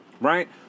right